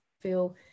feel